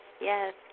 yes